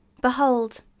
Behold